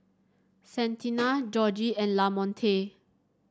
Santina Georgie and Lamonte